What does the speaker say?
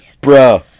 bro